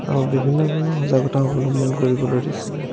আৰু বিভিন্ন ধৰণৰ সজাগতা অৱলম্বন কৰিবলৈ দিছিলে